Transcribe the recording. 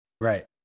right